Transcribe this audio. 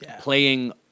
playing